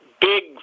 big